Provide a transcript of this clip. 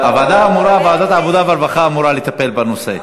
ועדת העבודה והרווחה אמורה לטפל בנושא.